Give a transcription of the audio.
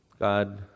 God